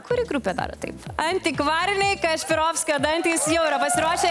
kuri grupė daro taip antikvariniai kašpirovskio dantys jau yra pasiruošę